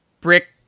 brick